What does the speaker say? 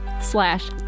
slash